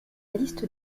liste